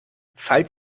falls